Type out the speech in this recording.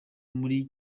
muri